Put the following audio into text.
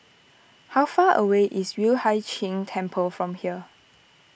how far away is Yueh Hai Ching Temple from here